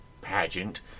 pageant